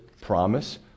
promise